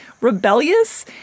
rebellious